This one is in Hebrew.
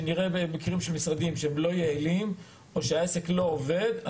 שנראה במקרים של משרדים שהם לא יעילים או שהעסק לא עובד,